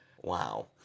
Wow